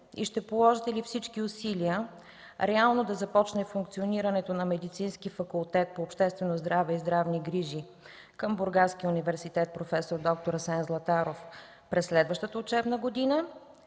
и ще положите ли всички усилия реално да започне функционирането на Медицински факултет по обществено здраве и здравни грижи към Бургаския университет „Проф. д-р Асен Златаров” през следващата учебна година?